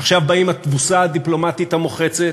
עכשיו באים התבוסה הדיפלומטית המוחצת,